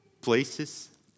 places